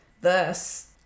Thus